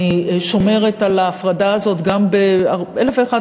אני שומרת על ההפרדה הזאת גם באלף ואחד